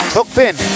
Hookpin